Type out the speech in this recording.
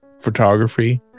photography